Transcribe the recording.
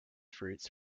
fruits